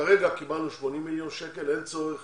כרגע קיבלנו 80 מיליון שקל, אין צורך